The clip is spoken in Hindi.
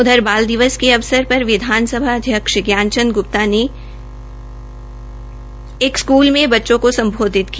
उधर बाल विकास के अवसर पर विधानसभा अध्यक्ष जान चंद ग्र्प्ता ने जैनेंद्रा स्कूल में बच्चों को सम्बोधित किया